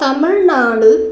Tamil Nadu